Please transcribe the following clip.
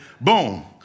Boom